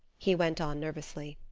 he went on nervously.